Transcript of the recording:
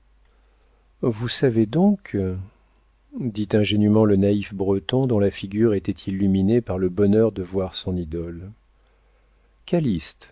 vous savez donc dit ingénument le naïf breton dont la figure était illuminée par le bonheur de voir son idole